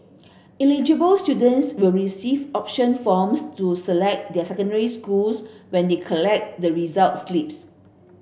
eligible students will receive option forms to select their secondary schools when they collect the results slips